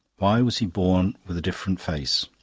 why was he born with a different face?